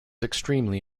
extremely